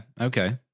Okay